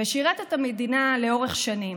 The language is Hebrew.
ושירת את המדינה לאורך שנים.